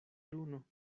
luno